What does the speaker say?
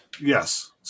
Yes